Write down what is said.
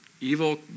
evil